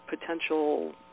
potential